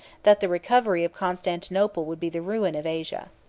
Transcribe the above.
that the recovery of constantinople would be the ruin of asia.